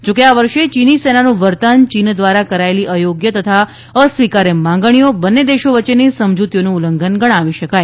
જોકે આ વર્ષે ચીની સેનાનું વર્તન ચીન દ્વારા કરાયેલી અયોગ્ય તથા અસ્વીકાર્ય માગણીઓ બંને દેશો વચ્ચેની સમજૂતીઓનું ઉલ્લંઘન ગણાવી શકાય